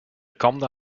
kamde